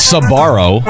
Sabaro